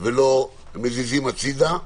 ולא מזיזים הצידה.